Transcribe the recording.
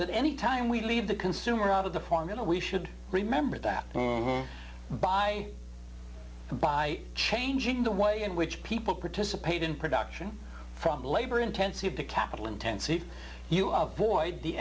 that anytime we leave the consumer out of the formula we should remember that boom by by changing the way in which people participate in production from labor intensive to capital intensive you of boy